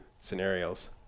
scenarios